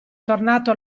tornato